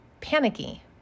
panicky